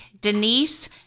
Denise